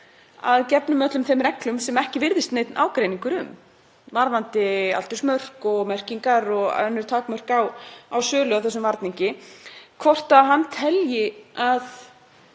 að gefnum öllum þeim reglum sem ekki virðist neinn ágreiningur um; varðandi aldursmörk, merkingar og önnur takmörk á sölu á þessum varningi, að það sem er